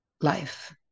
life